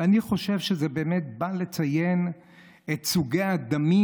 ואני חושב שזה באמת בא לציין את סוגי הדמים,